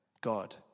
God